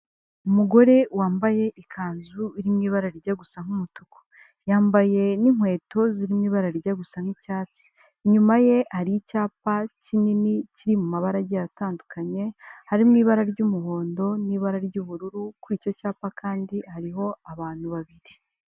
Umugore wambaye ikanzu iri mu ibara rijya gusa nk'umutuku, yambaye n'inkweto ziri mu ibara rijya gusa nk'icyatsi. Inyuma ye hari icyapa kinini kiri mu mabara agiye atandukanye harimo ibara ry'umuhondo n'ibara ry'ubururu, kuri icyo cyapa kandi hariho abantu babiri.